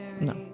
No